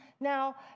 Now